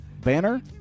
banner